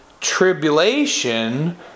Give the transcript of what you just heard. tribulation